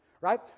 Right